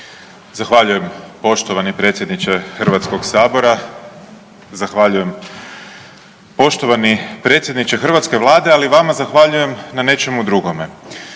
Zahvaljujem poštovani predsjedniče HS. Zahvaljujem, poštovani predsjedniče hrvatske vlade, ali vama zahvaljujem na nečemu drugome.